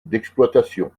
d’exploitation